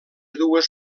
dues